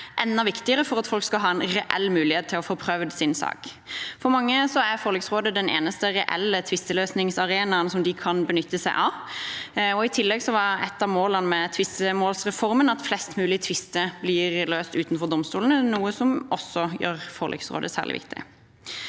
enda viktigere for at folk skal ha en reell mulighet til å få prøvd sin sak. For mange er forliksrådet den eneste reelle tvisteløsningsarenaen de kan benytte seg av. I tillegg var et av målene med tvistemålsreformen at flest mulig tvister blir løst utenfor domstolene, noe som også gjør forliksrådet særlig viktig.